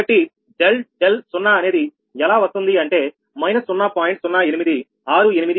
కాబట్టి ∆0అనేది ఎలా వస్తుంది అంటే −0